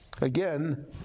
again